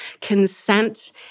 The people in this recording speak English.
consent